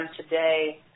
today